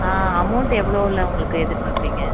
ஆ amount எவ்வளோவுல உங்களுக்கு எதிர் பார்க்குறீங்க